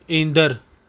ईंदड़ु